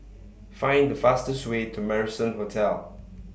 Find The fastest Way to Marrison Hotel